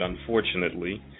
unfortunately